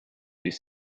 bis